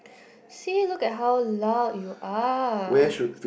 see look at how loud you are